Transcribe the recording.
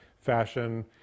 fashion